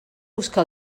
busca